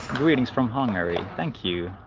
greetings from hungary. thank you,